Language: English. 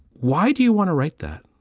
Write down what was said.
why do you want to write that?